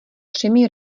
třemi